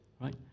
right